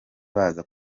baza